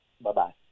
Bye-bye